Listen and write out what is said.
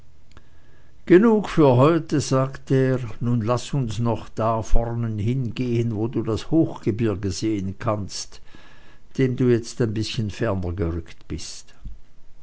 genug für heute sagte er nun laß uns noch da vornenhin gehen wo du das hochgebirge sehen kannst dem du jetzt ein bißchen ferner gerückt bist